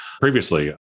previously